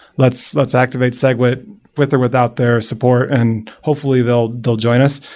let's let's activate segwit with or without their support and hopefully they'll they'll join us.